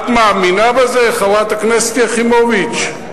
את מאמינה בזה, חברת הכנסת יחימוביץ?